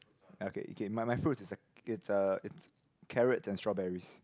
okay okay my my fruit is a is a is carrot and strawberries